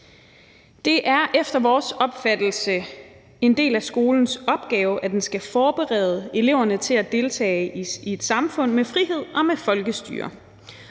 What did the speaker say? Det er efter vores opfattelse en del af skolens opgave, at den skal forberede eleverne til at deltage i et samfund med frihed og med folkestyre,